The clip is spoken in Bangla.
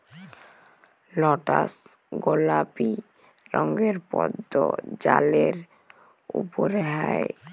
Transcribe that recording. লটাস গলাপি রঙের পদ্দ জালের উপরে হ্যয়